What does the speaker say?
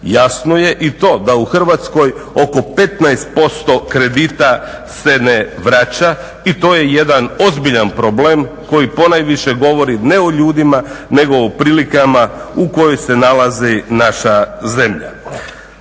Jasno je i to da u Hrvatskoj oko 15% kredita se ne vraća i to je jedan ozbiljan problem koji ponajviše govori ne o ljudima nego o prilikama u kojima se nalazi naša zemlja.